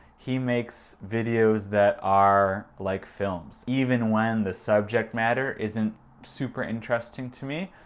he makes videos that are like films. even when the subject matter isn't super interesting to me,